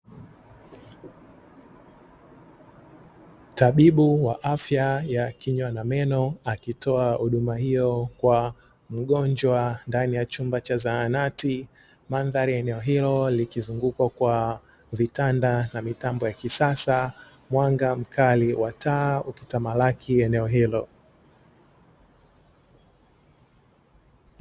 Tabibu wa afya ya kinywa na meno akitoa huduma hiyo kwa mgonjwa ndani ya chumba cha zahanati, mandhari ya eneo hilo likizungukwa kwa vitanda na mitambo ya kisasa, mwanga mkali wa taa ukitamalaki eneo hilo.